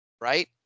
Right